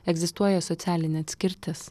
egzistuoja socialinė atskirtis